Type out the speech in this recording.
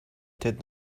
tête